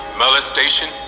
molestation